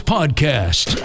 Podcast